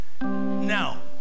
now